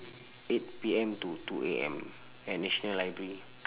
eight P_M to two A_M at national library